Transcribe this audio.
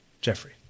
Jeffrey